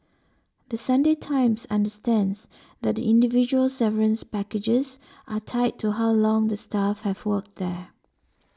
The Sunday Times understands that the individual severance packages are tied to how long the staff have worked there